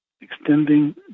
extending